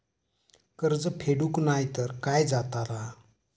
कर्ज फेडूक नाय तर काय जाताला?